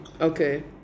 Okay